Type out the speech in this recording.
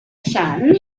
sun